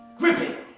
gripping,